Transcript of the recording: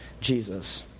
Jesus